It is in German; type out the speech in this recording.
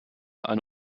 eine